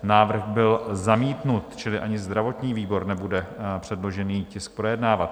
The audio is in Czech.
Návrh byl zamítnut, čili ani zdravotní výbor nebude předložený tisk projednávat.